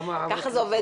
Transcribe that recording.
ככה זה עובד פה.